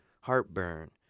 heartburn